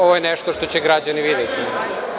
Ovo je nešto što će građani videti.